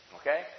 Okay